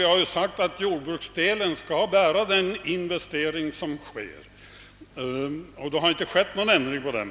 Vi har ju sagt att jordbruksdelen skall bära den investering som sker, och någon ändring på den punkten har inte ägt rum.